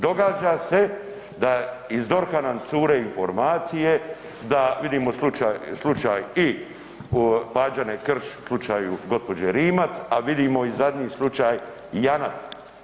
Događa se da iz DORH-a nam cure informacije, da, vidimo slučaj i Pađene Krš, slučaju gđe. Rimac, a vidimo i zadnji slučaj, JANAF.